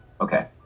Okay